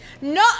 No